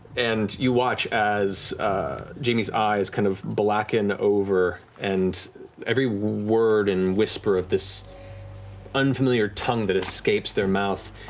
and you watch as jamie's eyes kind of blacken over, and every word and whisper of this unfamiliar tongue that escapes their mouth.